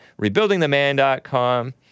rebuildingtheman.com